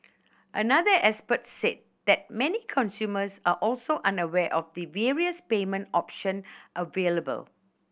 another expert said that many consumers are also unaware of the various payment option available